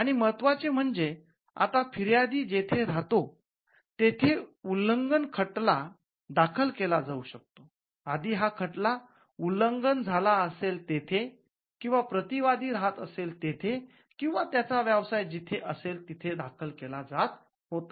आणि महत्त्वाचे म्हणजे आता फिर्यादी जिथे राहतो तेथे उल्लंघन खटला दाखल केला जाऊ शकतो आधी हा खटला उल्लंघन झाला असेल तेथे किंवा प्रति वादी रहात असेल तेथे किंवा त्याचा व्यवसाय जिथे असेल तिथे दाखल केला जात होता